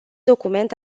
document